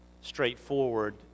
straightforward